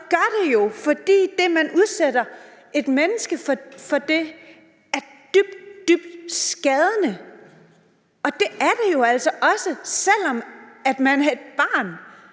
og det gør de jo, fordi det at udsætte et menneske for det er dybt, dybt skadende. Og det er det jo altså også, selv om man er et barn.